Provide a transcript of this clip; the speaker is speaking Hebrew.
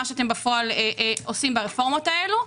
מה שאתם בפועל עושים ברפורמות האלה.